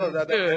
לא לא,